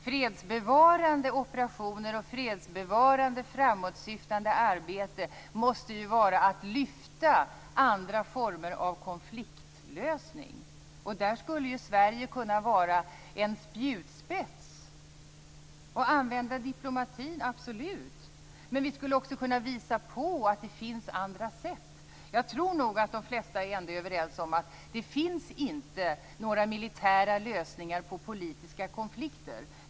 Fredsbevarande operationer och fredsbevarande framåtsyftande arbete måste vara att lyfta fram andra former av konfliktlösning. I det sammanhanget skulle ju Sverige kunna vara en spjutspets och använda diplomati, absolut. Men vi skulle också kunna visa på att det finns andra sätt. De allra flesta kan nog vara överens om att det inte finns några militära lösningar på politiska konflikter.